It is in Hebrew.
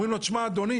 אומרים לו: תשמע אדוני,